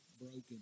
broken